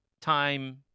time